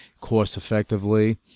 cost-effectively